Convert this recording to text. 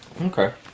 Okay